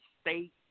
state